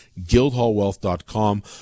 guildhallwealth.com